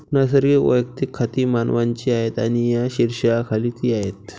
नैसर्गिक वैयक्तिक खाती मानवांची आहेत आणि या शीर्षकाखाली ती आहेत